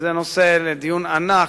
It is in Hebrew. וזה נושא לדיון ענק,